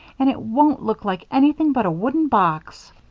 and it won't look like anything but a wooden box.